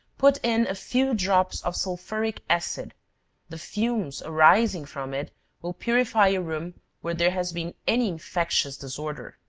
put in a few drops of sulphuric acid the fumes arising from it will purify a room where there has been any infectious disorder.